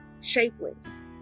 Shapeless